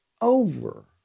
over